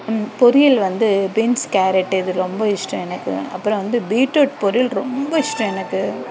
பொரியல் வந்து beans carrot இது ரொம்ப இஷ்டம் எனக்கு அப்புறம் வந்து பீட்ரூட் பொரியல் ரொம்ப இஷ்டம் எனக்கு